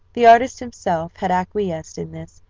the artist himself had acquiesced in this,